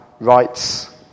rights